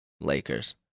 Lakers